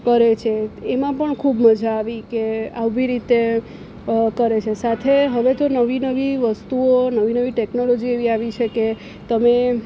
કરે છે એમાં પણ ખૂબ મજા આવી કે આવી રીતે કરે છે સાથે હવે તો નવી નવી વસ્તુઓ નવી નવી ટેકનોલોજી એવી આવી છે કે તમે